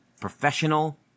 professional